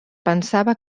pensava